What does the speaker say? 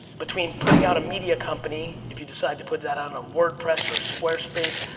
between putting out a media company, if you decide to put that on a wordpress or ah squarespace,